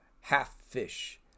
half-fish